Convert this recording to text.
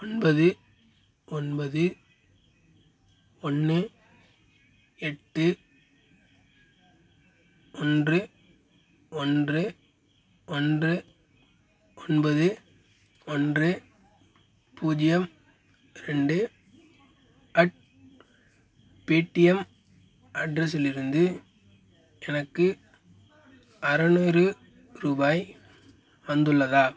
ஒன்பது ஒன்பது ஒன்று எட்டு ஒன்று ஒன்று ஒன்று ஒன்பது ஒன்று பூஜ்ஜியம் ரெண்டு அட் பேடிஎம் அட்ரஸிலிருந்து எனக்கு அறநூறு ருபாய் வந்துள்ளதா